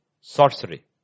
Sorcery